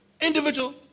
individual